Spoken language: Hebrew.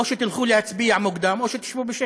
או שתלכו להצביע מוקדם או שתשבו בשקט.